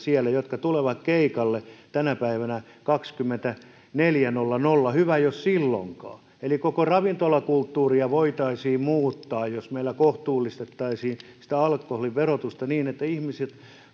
jotka tulevat keikalle tänä päivänä kello kaksikymmentäneljä nolla nolla hyvä jos silloinkaan eli koko ravintolakulttuuria voitaisiin muuttaa jos meillä kohtuullistettaisiin sitä alkoholin verotusta niin että ihmiset